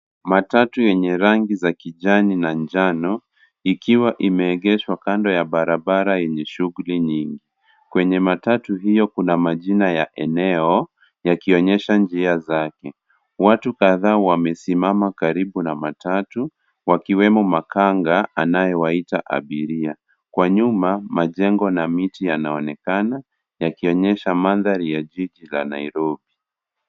Matatu yenye rangi za kijani na njano, ikiwa imeegeshwa kando ya barabara yenye shughuli nyingi. Kwenye matatu hiyo kuna majina ya eneo, yakionyesha njia zake. Watu kadhaa wamesimama karibu na matatu, wakiwemo makanga anayewaita abiria. Kwa nyuma majengo na miti yanaonekana, yakionyesha mandhari ya jiji la Nairobi.